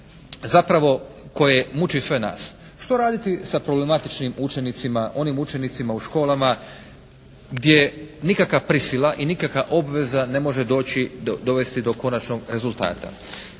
zapravo koje muči sve nas. Što raditi sa problematičnim učenicima, onim učenicima u školama gdje nikakva prisila i nikakva obveza ne može dovesti do konačnog rezultata.